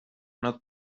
not